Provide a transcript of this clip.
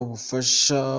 ubufasha